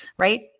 right